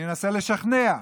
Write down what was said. אנסה לשכנע,